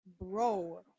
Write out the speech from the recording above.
bro